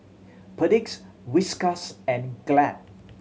Perdix Whiskas and Glad